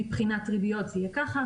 מבחינת הריביות זה יהיה ככה',